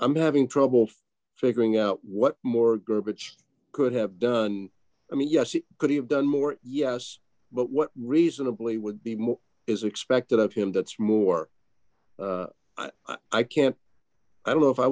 i'm having trouble for figuring out what more garbage could have done i mean yes it could have done more yes but what reasonably would be more is expected of him that's more i can't i don't know if i